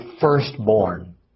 firstborn